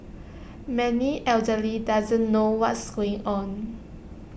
many elderly doesn't know what's going on